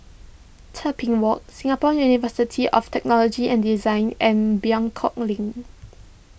Tebing Walk Singapore University of Technology and Design and Buangkok Link